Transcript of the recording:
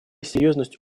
серьезность